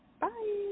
Bye